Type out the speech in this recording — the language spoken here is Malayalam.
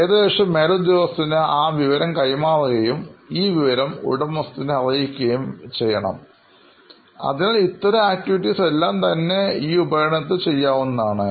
ചെയ്തശേഷം മേലുദ്യോഗസ്ഥന് ആ വിവരം കൈമാറുകയും ഈ വിവരം ഉടമസ്ഥനെ അറിയിക്കുകയും ചെയ്യണം അതിനാൽ ഇത്തരം പ്രവർത്തികൾ എല്ലാം തന്നെ ഒരു ഉപകരണത്തിൽ ചെയ്യാവുന്നതാണ്